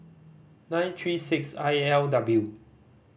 nine three six I L W